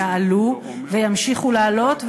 יעלו וימשיכו לעלות,